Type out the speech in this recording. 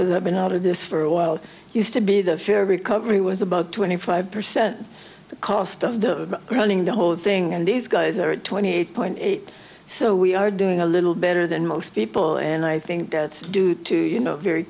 because i've been out of this for a while used to be the fear of recovery was about twenty five percent the cost of the running the whole thing and these guys are twenty eight point eight so we are doing a little better than most people and i think that's due to you know very